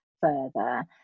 further